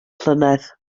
llynedd